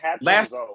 last